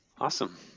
Awesome